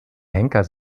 henker